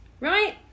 right